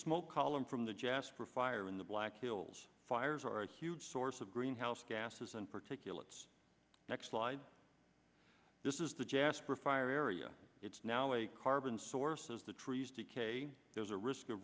smoke column from the jasper fire in the black hills fires are a huge source of greenhouse gases and particulate next slide this is the jasper fire area it's now a carbon source as the trees decay there's a risk of